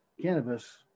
cannabis